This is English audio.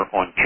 on